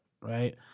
right